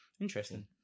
interesting